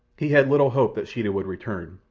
he had little hope that sheeta would return,